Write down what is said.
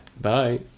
Bye